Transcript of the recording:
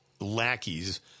lackeys